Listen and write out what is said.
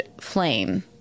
flame